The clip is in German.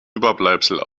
überbleibsel